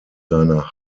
seiner